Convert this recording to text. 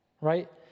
right